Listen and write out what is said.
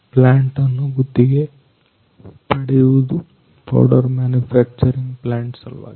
ಪ್ಲಾಂಟನ್ನು ಗುತ್ತಿಗೆ ಪಡೆಯುವುದು powder manufacturing plant ಸಲುವಾಗಿ